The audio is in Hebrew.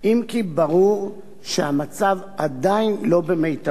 אם כי ברור שהמצב עדיין לא במיטבו.